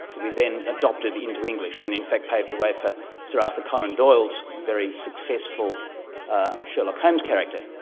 to be then adopted into english and in fact paved the way for sir arthur conan doyle's very successful ah sherlock holmes character.